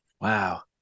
Wow